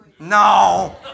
No